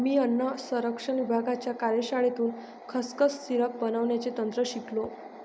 मी अन्न संरक्षण विभागाच्या कार्यशाळेतून खसखस सिरप बनवण्याचे तंत्र शिकलो